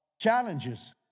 challenges